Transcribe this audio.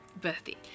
birthday